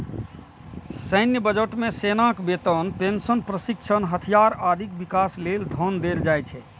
सैन्य बजट मे सेनाक वेतन, पेंशन, प्रशिक्षण, हथियार, आदिक विकास लेल धन देल जाइ छै